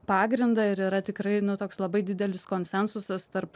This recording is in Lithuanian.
pagrindą ir yra tikrai nu toks labai didelis konsensusas tarp